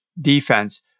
defense